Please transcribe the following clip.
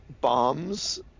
bombs